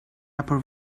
upper